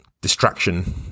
distraction